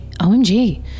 OMG